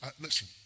Listen